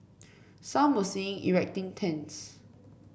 some were seen erecting tents